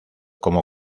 como